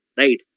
right